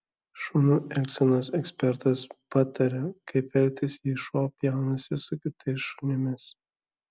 šunų elgsenos ekspertas pataria kaip elgtis jei šuo pjaunasi su kitais šunimis